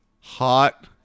Hot